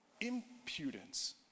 impudence